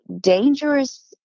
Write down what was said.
dangerous